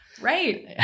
Right